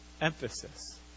emphasis